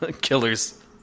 killers